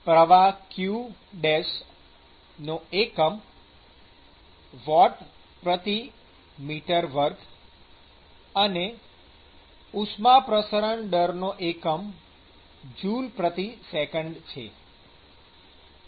પ્રવાહ qʹʹનો એકમ વોટ્સમી૨ Wm2 અને ઉષ્મા પ્રસરણ દરનો એકમ જૂલસેકંડ Js છે